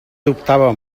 dubtava